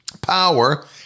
Power